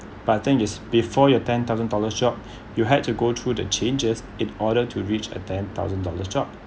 but I think is before your ten thousand dollars job you had to go through the changes in order to reach a ten thousand dollars job